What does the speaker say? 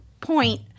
point